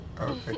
Okay